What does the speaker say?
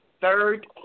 third